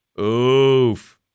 Oof